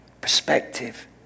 Perspective